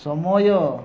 ସମୟ